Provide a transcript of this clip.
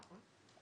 נכון?